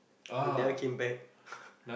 it never came back